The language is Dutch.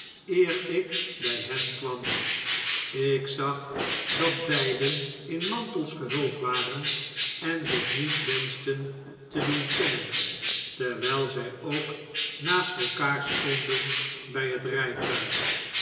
eer ik bij henkwam ik zag dat beiden in mantels gehuld waren en zich niet wenschten te doen kennen terwjjl zg ook naast elkaar stonden bij het rn'tuig